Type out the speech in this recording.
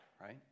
Right